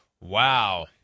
Wow